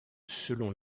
selon